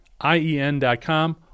IEN.com